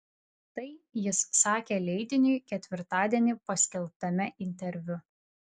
tai jis sakė leidiniui ketvirtadienį paskelbtame interviu